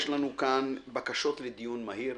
יש לנו כאן בקשות לדיון מהיר,